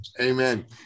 amen